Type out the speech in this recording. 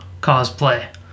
cosplay